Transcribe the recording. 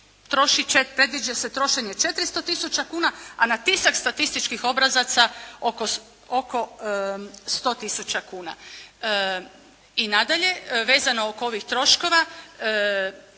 predviđa se trošenje 400 tisuća kuna a na tisak statističkih obrazaca oko 100 tisuća kuna. I nadalje, vezano oko ovih troškova,